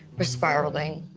we're spiraling.